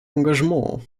engagement